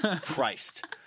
Christ